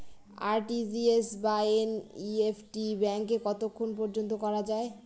RTGS বা NEFT ব্যাংকে কতক্ষণ পর্যন্ত করা যায়?